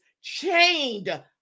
chained